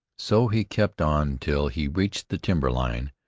so he kept on till he reached the timber line,